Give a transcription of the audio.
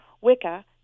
Wicca